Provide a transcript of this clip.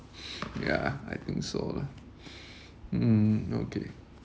yeah I think so lah mm okay